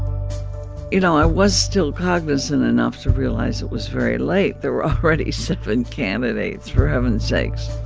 you know, i was still cognizant enough to realize it was very late. there were already seven candidates, for heaven's sakes